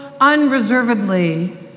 unreservedly